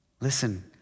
Listen